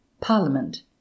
Parliament